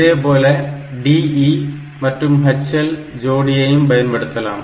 இதேபோல DE மற்றும் HL ஜோடியையும் பயன்படுத்தலாம்